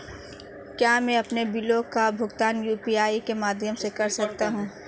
क्या मैं अपने बिलों का भुगतान यू.पी.आई के माध्यम से कर सकता हूँ?